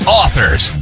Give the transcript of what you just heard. authors